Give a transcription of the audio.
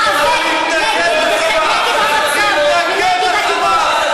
להיאבק נגד המצור ונגד הכיבוש.